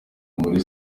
muri